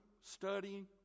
studying